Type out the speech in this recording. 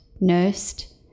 nursed